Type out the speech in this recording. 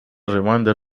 reminder